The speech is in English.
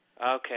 Okay